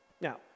Now